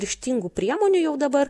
ryžtingų priemonių jau dabar